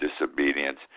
disobedience